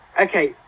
Okay